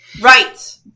right